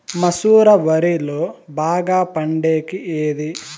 మసూర వరిలో బాగా పండేకి ఏది?